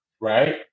Right